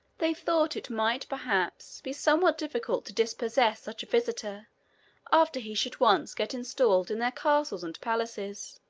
they thought it might, perhaps, be somewhat difficult to dispossess such a visitor after he should once get installed in their castles and palaces.